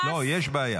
לא, יש בעיה.